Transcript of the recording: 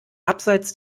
abseits